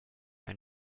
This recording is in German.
ein